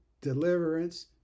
deliverance